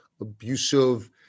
abusive